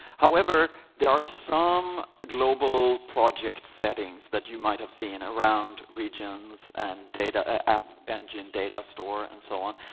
however, there are some global projects settings that you might have seen around regions and data, app engine data store, and so on,